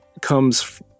comes